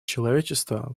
человечество